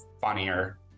funnier